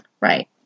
Right